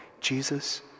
Jesus